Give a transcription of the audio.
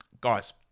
Guys